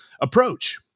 approach